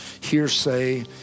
hearsay